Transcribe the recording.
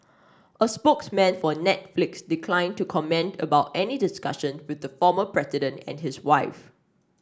a spokesman for Netflix declined to comment about any discussion with the former president and his wife